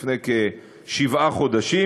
לפני כשבעה חודשים.